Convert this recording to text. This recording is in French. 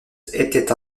était